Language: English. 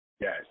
Yes